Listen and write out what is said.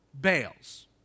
bails